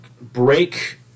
Break